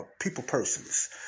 people-persons